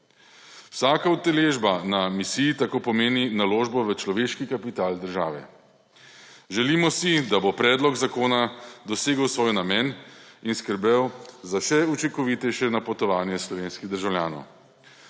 Vsaka udeležba na misiji tako pomeni naložbo v človeški kapital države. Želimo si, da bo predlog zakona dosegel svoj namen in skrbel za še učinkovitejše napotovanje slovenskih državljanov.